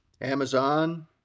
Amazon